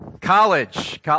College